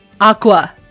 Aqua